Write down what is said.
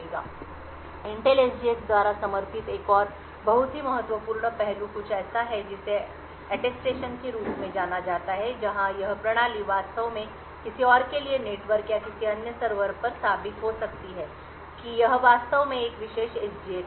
संदर्भ स्लाइड समय 1802 Intel SGX द्वारा समर्थित एक और बहुत ही महत्वपूर्ण पहलू कुछ ऐसा है जिसे Attestation के रूप में जाना जाता है जहां यह प्रणाली वास्तव में किसी और के लिए नेटवर्क या किसी अन्य सर्वर पर साबित हो सकती है कि यह वास्तव में एक विशेष SGX है